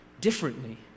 differently